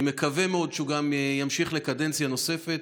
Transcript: אני מקווה מאוד שהוא גם ימשיך לקדנציה נוספת,